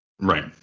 Right